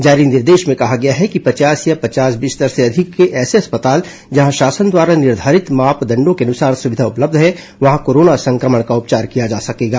जारी निर्देश में कहा गया है कि पचास या पचास बिस्तर से अधिक के ऐसे अस्पताल जहां शासन द्वारा निर्धारित मापदंडों के अनुसार सुविधा उपलब्ध है वहां कोरोना संक्रमण का उपचार किया जा सकेगा